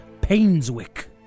Painswick